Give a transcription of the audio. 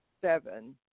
seven